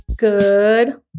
Good